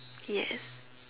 yes